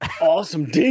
awesome